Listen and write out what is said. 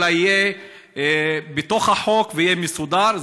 אלא זה יהיה בתוך החוק ויהיה מסודר,